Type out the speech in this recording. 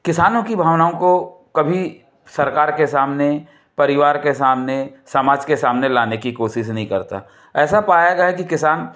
किसानों की भावनाओं को कभी सरकार के सामने परिवार के सामने समाज के सामने लाने की कोशिश नयी करता ऐसा पाया गया है कि किसान